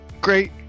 Great